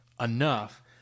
enough